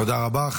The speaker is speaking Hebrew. תודה רבה.